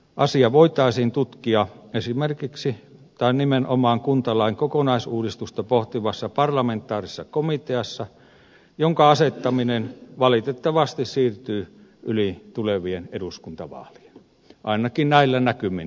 asia voitaisiin tutkia kuntalain kokonaisuudistusta pohtivassa parlamentaarisessa komiteassa jonka asettaminen valitettavasti siirtyy yli tulevien eduskuntavaalien ainakin näillä näkymin